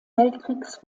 weltkriegs